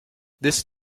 this